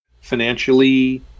financially